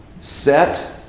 Set